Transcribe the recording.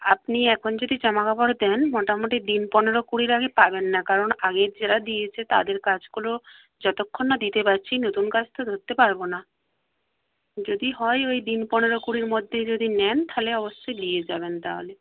আপনি এখন যদি জামা কাপড় দেন মোটামুটি দিন পনেরো কুড়ির আগে পাবেন না কারণ আগের যারা দিয়েছে তাদের কাজগুলো যতক্ষণ না দিতে পারছি নতুন কাজ তো ধরতে পারব না যদি হয় ওই দিন পনেরো কুড়ির মধ্যে যদি নেন তাহলে অবশ্যই দিয়ে যাবেন তাহলে